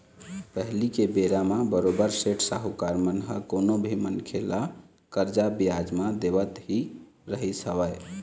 पहिली के बेरा म बरोबर सेठ साहूकार मन ह कोनो भी मनखे ल करजा बियाज म देवत ही रहिस हवय